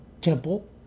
temple